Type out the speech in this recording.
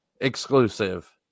exclusive